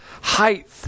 height